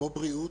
כמו בריאות,